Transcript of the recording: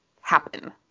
happen